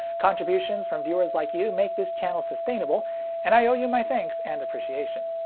contributions from viewers like you make this channel sustainable and i owe you my thanks and appreciation.